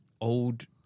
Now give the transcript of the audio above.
old